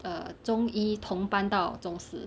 err 中一同班到中四